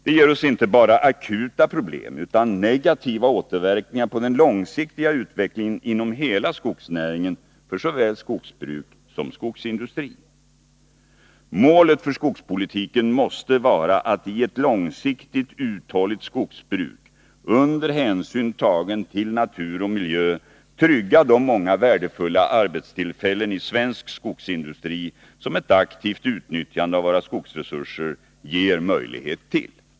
Det ger oss inte bara akuta problem utan också negativa återverkningar på den långsiktiga utvecklingen inom hela skogsnäringen för såväl skogsbruk som skogsindustri. Målet för skogspolitiken måste vara att i ett långsiktigt uthålligt skogsbruk under hänsyn tagen till natur och miljö trygga de många värdefulla arbetstillfällen i svensk skogsindustri som ett aktivt utnyttjande av våra skogsresurser ger möjlighet till.